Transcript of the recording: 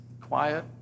quiet